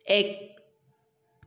এক